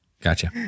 Gotcha